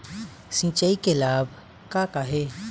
सिचाई के लाभ का का हे?